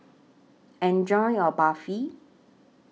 Enjoy your Barfi